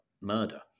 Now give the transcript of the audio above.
murder